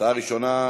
ההצעה הראשונה,